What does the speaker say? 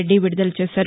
రెడ్డి విడుదల చేశారు